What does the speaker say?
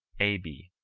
a. b.